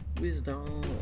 Wisdom